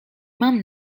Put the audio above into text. mam